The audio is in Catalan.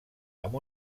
amb